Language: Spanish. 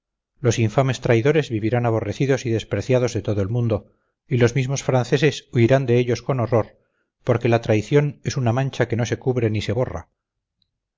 los infames traidores vivirán aborrecidos y despreciados de todo el mundo y los mismos franceses huirán de ellos con horror porque la traición es una mancha que no se cubre ni se borra